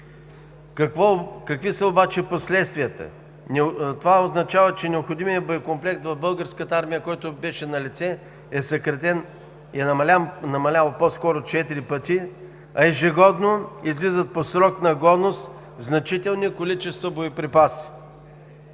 Какви са обаче последствията? Това означава, че необходимият боен комплект в Българската армия, който беше на лице, е съкратен и по-скоро е намалял четири пъти, а ежегодно излизат значителни количества боеприпаси